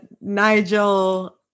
Nigel